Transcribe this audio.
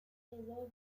quedó